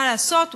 מה לעשות,